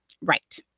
Right